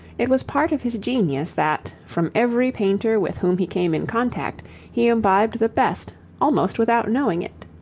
it was part of his genius that, from every painter with whom he came in contact he imbibed the best, almost without knowing it.